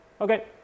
Okay